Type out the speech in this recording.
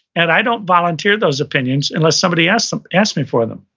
and i don't volunteer those opinions unless somebody asks um asks me for them.